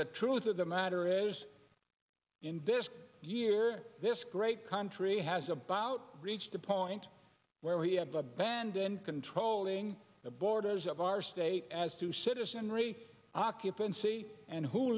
the truth of the matter is in this year this great country has a buyout reached a point where we have abandoned controlling the borders of our state as to citizenry occupancy and who